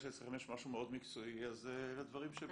שאצלכם יש משהו מקצועי אז אלה דברים שבשיח.